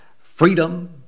freedom